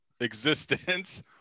existence